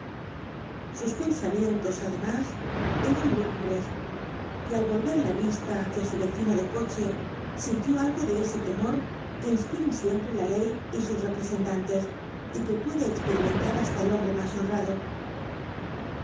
sus pensamientos además eran lúgubres y al volver la vista hacia su vecino de coche sintió algo de ese temor que inspiran siempre la ley y sus representantes y que puede experimentar hasta el hombre más honrado